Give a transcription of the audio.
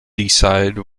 decide